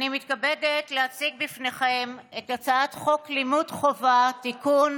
אני מתכבדת להציג בפניכם את הצעת חוק לימוד חובה (תיקון,